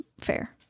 Fair